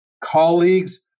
colleagues